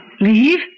Leave